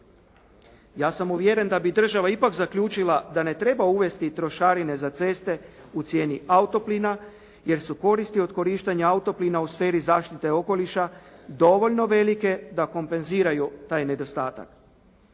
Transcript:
Ja sam uvjeren da bi država ipak zaključila da ne treba uvesti trošarine za ceste u cijeni auto plina, jer su koristi od korištenja auto plina u sferi zaštite okoliša dovoljno velike da kompenziraju taj nedostatak.